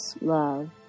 love